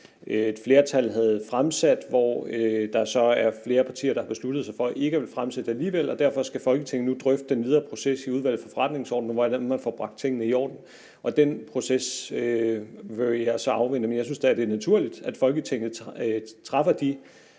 et flertal havde fremsat, og hvor der så er flere partier, der har besluttet sig for ikke at ville fremsætte det alligevel. Derfor skal Folketinget nu drøfte den videre proces i Udvalget for Forretningsordenen, i forhold til hvordan man får bragt tingene i orden, og den proces vil jeg så afvente. Men jeg synes da, det er naturligt, at Folketinget tager de